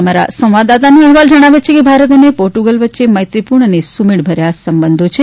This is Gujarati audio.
અમારા સંવાદદાતાનો અહેવાલ જણાવે છે કે ભારત અને પોર્ટુગલ વચ્ચેમૈત્રીપૂર્ણ અને સુમેળભર્યા સંબંધો છે